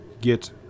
get